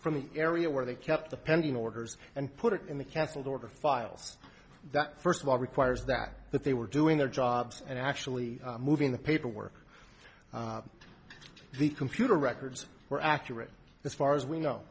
from the area where they kept the pending orders and put it in the castle the order files that first of all requires that that they were doing their jobs and actually moving the paperwork the computer records were accurate as far as we know